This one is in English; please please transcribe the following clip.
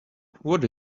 what